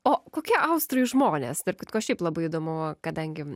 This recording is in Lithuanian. o kokie austrai žmonės tarp kitko šiaip labai įdomu kadangi